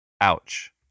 Ouch